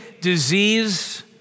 disease